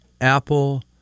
Apple